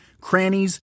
crannies